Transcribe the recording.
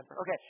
Okay